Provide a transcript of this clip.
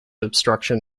obstruction